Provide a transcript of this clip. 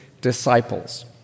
disciples